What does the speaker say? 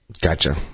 Gotcha